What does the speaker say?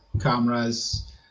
cameras